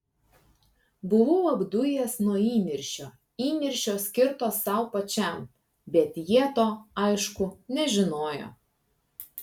buvau apdujęs nuo įniršio įniršio skirto sau pačiam bet jie to aišku nežinojo